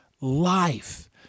life